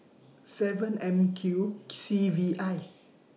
seven M Q C V I